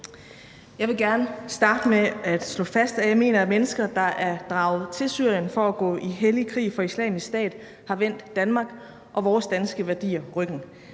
Jeg vil gerne starte med at slå fast, at jeg mener, at mennesker, der er draget til Syrien for at gå i hellig krig for Islamisk Stat, har vendt Danmark og vores danske værdier ryggen.